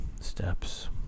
steps